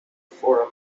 forum